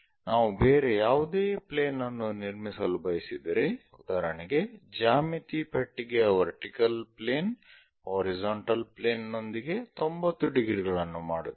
ನಾವು ಬೇರೆ ಯಾವುದೇ ಪ್ಲೇನ್ ಅನ್ನು ನಿರ್ಮಿಸಲು ಬಯಸಿದರೆ ಉದಾಹರಣೆಗೆ ಜ್ಯಾಮಿತಿ ಪೆಟ್ಟಿಗೆಯ ವರ್ಟಿಕಲ್ ಪ್ಲೇನ್ ಹಾರಿಜಾಂಟಲ್ ಪ್ಲೇನ್ ನೊಂದಿಗೆ 90 ಡಿಗ್ರಿಗಳನ್ನು ಮಾಡುತ್ತಿದೆ